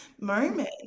moment